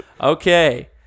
Okay